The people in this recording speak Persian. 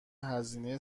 هزینه